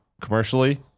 commercially